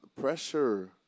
pressure